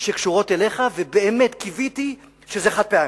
שקשורות אליך, ובאמת קיוויתי שזה חד-פעמי.